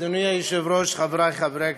אדוני היושב-ראש, חברי חברי הכנסת,